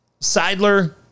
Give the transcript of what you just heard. Seidler